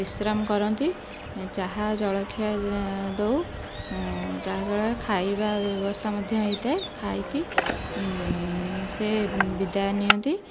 ବିଶ୍ରାମ କରନ୍ତି ଚାହା ଜଳଖିଆ ଦେଉ ଚାହା ଜଳଖିଆ ଖାଇବା ବ୍ୟବସ୍ଥା ମଧ୍ୟ ହୋଇଥାଏ ଖାଇକି ସେ ବିଦାୟ ନିଅନ୍ତି